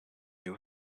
new